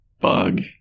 bug